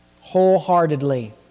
wholeheartedly